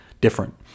different